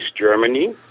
Germany